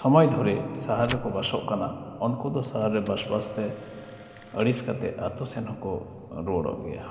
ᱥᱚᱢᱚᱭ ᱫᱷᱚᱨᱮ ᱥᱟᱦᱟᱨ ᱨᱮᱠᱚ ᱵᱟᱥᱚᱜ ᱠᱟᱱᱟ ᱩᱱᱠᱚ ᱫᱚ ᱥᱟᱦᱟᱨ ᱨᱮ ᱵᱟᱥᱼᱵᱟᱥᱛᱮ ᱟᱹᱲᱤᱥ ᱠᱟᱛᱮ ᱟᱛᱳ ᱥᱮᱱᱦᱚᱸ ᱠᱚ ᱨᱩᱣᱟᱹᱲᱚᱜ ᱜᱮᱭᱟ